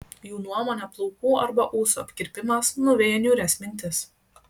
jų nuomone plaukų arba ūsų apkirpimas nuveja niūrias mintis